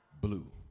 blue